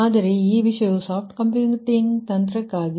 ಆದರೆ ಈ ವಿಷಯವು ಸಾಫ್ಟ್ ಕಂಪ್ಯೂಟಿಂಗ್ ತಂತ್ರಕ್ಕಾಗಿ